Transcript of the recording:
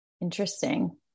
Interesting